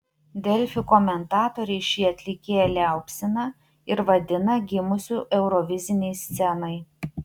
delfi komentatoriai šį atlikėją liaupsina ir vadina gimusiu eurovizinei scenai